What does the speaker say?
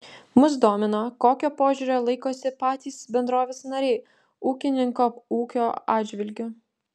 mus domino kokio požiūrio laikosi patys bendrovės nariai ūkininko ūkio atžvilgiu